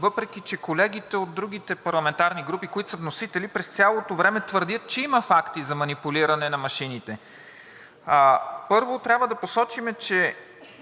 въпреки че колегите от другите парламентарни групи, които са вносители, през цялото време твърдят, че има факти за манипулиране на машините. Първо трябва да посочим, че